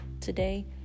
Today